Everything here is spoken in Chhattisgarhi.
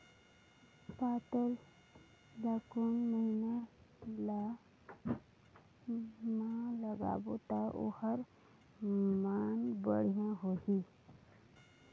पातल ला कोन महीना मा लगाबो ता ओहार मान बेडिया होही?